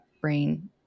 brain